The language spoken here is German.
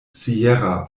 sierra